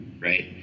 right